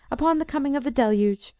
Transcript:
upon the coming of the deluge,